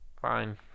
fine